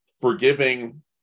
forgiving